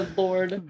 lord